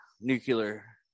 nuclear